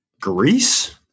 Greece